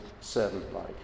servant-like